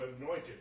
anointed